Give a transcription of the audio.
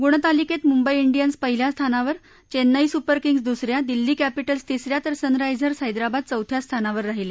गुणतालिकेत मुंबई डियन्स पहिल्या स्थानावर चेन्नई सुपर किंग्जस दुस या दिल्ली कॅपिटल्स तिस या तर सनरा जर्स हैदराबाद चौथ्या स्थानावर राहिले